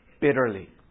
bitterly